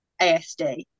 ASD